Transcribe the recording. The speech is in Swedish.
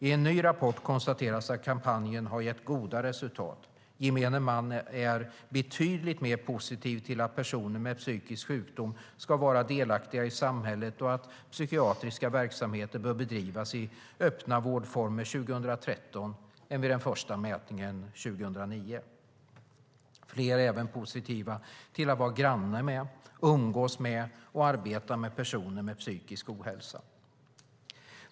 I en ny rapport konstateras att kampanjen har gett goda resultat - gemene man är betydligt mer positiv till att personer med psykisk sjukdom ska vara delaktiga i samhället och att psykiatriska verksamheter bör bedrivas i öppna vårdformer 2013 än vid den första mätningen 2009. Fler är även positiva till att vara granne med, umgås med och arbeta med personer med psykisk ohälsa.